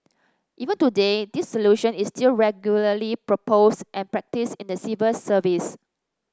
even today this solution is still regularly proposed and practised in the civil service